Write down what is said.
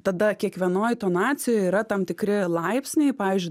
tada kiekvienoj tonacijoj yra tam tikri laipsniai pavyzdžiui